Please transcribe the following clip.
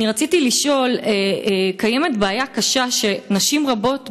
רציתי לשאול, קיימת בעיה קשה, שנשים רבות בזנות,